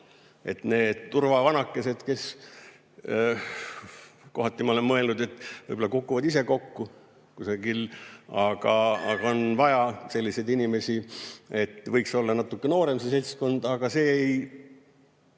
Need turvavanakesed kohati, ma olen vahel mõelnud, võib-olla kukuvad ise kokku, aga on vaja selliseid inimesi ja võiks olla natuke noorem see seltskond. Aga see ei